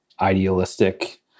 idealistic